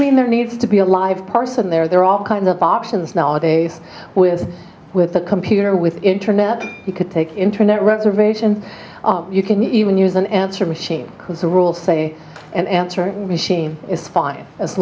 mean there needs to be a live parson there there are all kinds of options nowadays with with a computer with internet you could take internet reclamation you can even use an answer machine because the rules say an answering machine is fine as